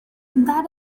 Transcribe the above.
that